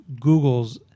Googles